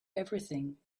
everything